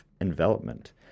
envelopment